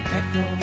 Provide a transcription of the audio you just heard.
Echo